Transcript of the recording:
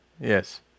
Yes